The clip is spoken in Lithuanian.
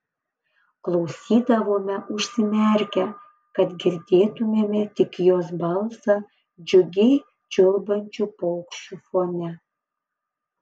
klausydavome užsimerkę kad girdėtumėme tik jos balsą džiugiai čiulbančių paukščių fone